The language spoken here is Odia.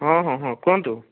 ହଁ ହଁ ହଁ କୁହନ୍ତୁ